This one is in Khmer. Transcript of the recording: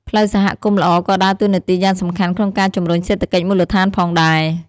ផ្លូវសហគមន៍ល្អក៏ដើរតួនាទីយ៉ាងសំខាន់ក្នុងការជំរុញសេដ្ឋកិច្ចមូលដ្ឋានផងដែរ។